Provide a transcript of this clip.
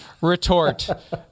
retort